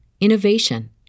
innovation